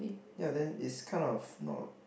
ya then it's kinda of not